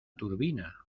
turbina